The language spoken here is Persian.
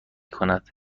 کند